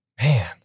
Man